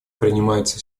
принимаются